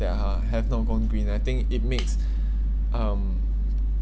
that are have not gone green I think it makes um